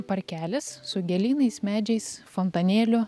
parkelis su gėlynais medžiais fontanėliu